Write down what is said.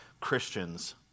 Christians